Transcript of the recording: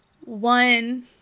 One